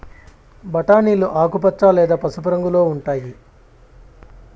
బఠానీలు ఆకుపచ్చ లేదా పసుపు రంగులో ఉంటాయి